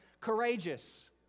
courageous